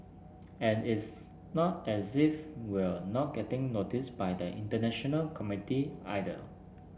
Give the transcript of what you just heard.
and it's not as if we're not getting noticed by the international community either